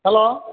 hello